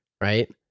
right